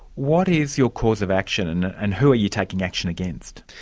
what is your course of action and and who are you taking action against?